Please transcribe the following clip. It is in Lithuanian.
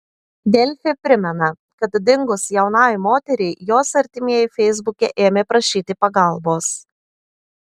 delfi primena kad dingus jaunai moteriai jos artimieji feisbuke ėmė prašyti pagalbos